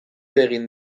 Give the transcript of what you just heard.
egin